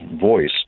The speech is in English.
voice